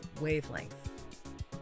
wavelength